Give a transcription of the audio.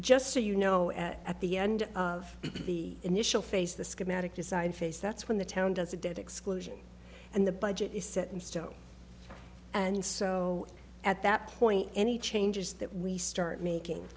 just so you know at the end of the initial phase the schematic design phase that's when the town does the dead exclusion and the budget is set in stone and so at that point any changes that we start making